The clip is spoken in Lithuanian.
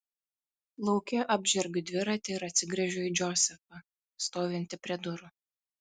lauke apžergiu dviratį ir atsigręžiu į džozefą stovintį prie durų